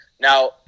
Now